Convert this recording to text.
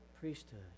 Priesthood